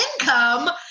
income